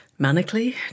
manically